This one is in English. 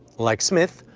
like smith,